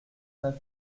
neuf